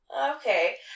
Okay